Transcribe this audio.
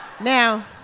Now